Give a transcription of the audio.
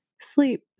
sleep